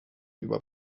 über